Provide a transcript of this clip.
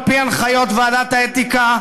על-פי הנחיות ועדת האתיקה,